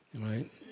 Right